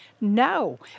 No